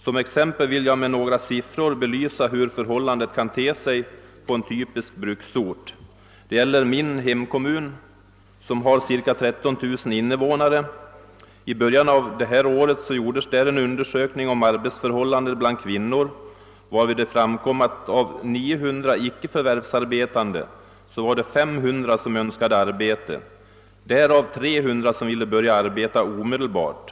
Som exempel vill jag lämna några siffror över hur förhållandena ter sig på en typisk bruksort, nämligen min hemkommun som har cirka 13 000 invånare. I början av året gjordes där en undersökning om arbetsförhållandena bland kvinnorna, varvid det framkom att 500 av 900 icke förvärvsarbetande önskade arbete. Av dem ville 300 börja arbeta omedelbart.